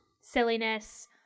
Silliness